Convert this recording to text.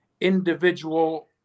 individual